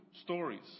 stories